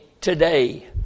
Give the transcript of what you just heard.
today